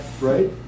right